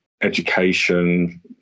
education